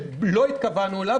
שלא התכוונו אליו,